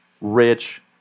rich